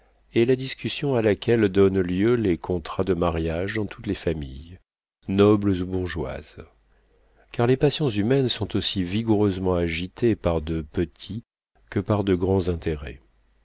est la discussion à laquelle donnent lieu les contrats de mariage dans toutes les familles nobles ou bourgeoises car les passions humaines sont aussi vigoureusement agitées par de petits que par de grands intérêts